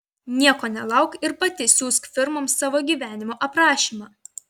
nieko nelauk ir pati siųsk firmoms savo gyvenimo aprašymą